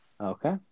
Okay